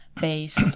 based